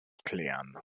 klären